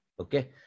Okay